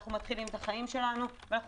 אנחנו מתחילים את החיים שלנו ואנחנו